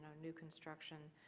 new construction.